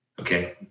okay